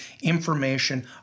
information